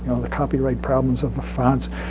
the copyright problems of the fonts.